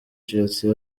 chelsea